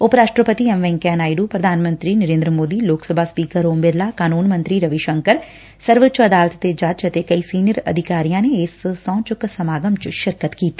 ਉਪ ਰਾਸਟਰਪਤੀ ਐਮ ਵੈਂਕਈਆ ਨਾਇਡੁ ਪ੍ਰਧਾਨ ਮੰਤਰੀ ਨਰੇਂਦਰ ਮੋਦੀ ਲੋਕ ਸਭਾ ਸਪੀਕਰ ਓਮ ਬਿਰਲਾ ਕਾਨੂੰਨ ਮੰਤਰੀ ਰਵੀ ਸ਼ੰਕਰ ਸਰਵਉੱਚ ਅਦਾਲਤ ਦੇ ਜੱਜ ਅਤੇ ਕਈ ਸੀਨੀਅਰ ਅਧਿਕਾਰੀਆ ਨੇ ਇਸ ਸਹੂੰ ਚੂੱਕ ਸਮਾਗਮ ਚ ਸ਼ਿਰਕਤ ਕੀਤੀ